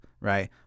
Right